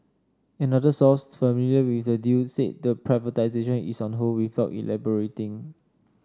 another source familiar with the deal said the privatisation is on hold without elaborating